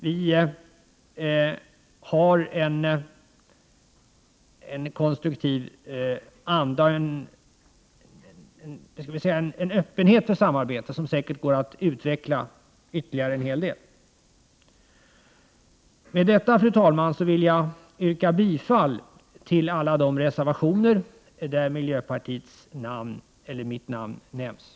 Vi har alltså i utskottet en konstruktiv anda och en öppenhet för samarbete som det säkerligen går att utveckla ytterligare en hel del. Med detta, fru talman, vill jag yrka bifall till alla de reservationer till utskottsbetänkandet vilka jag som representant för miljöpartiet har undertecknat.